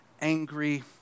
angry